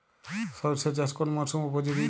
সরিষা চাষ কোন মরশুমে উপযোগী?